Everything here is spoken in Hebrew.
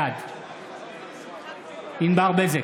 בעד ענבר בזק,